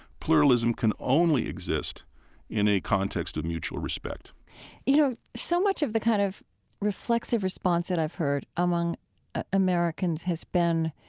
pluralism can only exist in a context of mutual respect you know, so much of the kind of reflexive response that i've heard among americans has been,